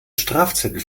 strafzettel